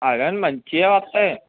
అదే అండి మంచిగా వస్తాయి